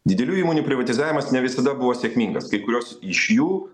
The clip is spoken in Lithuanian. didelių įmonių privatizavimas ne visada buvo sėkmingas kai kurios iš jų